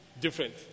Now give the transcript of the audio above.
Different